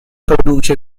produce